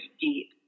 deep